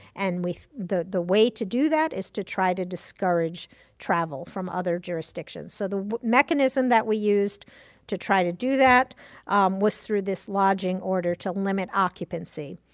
and the the way to do that is to try to discourage travel from other jurisdictions. so the mechanism that we used to try to do that was through this lodging order to limit occupancy.